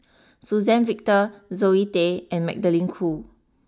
Suzann Victor Zoe Tay and Magdalene Khoo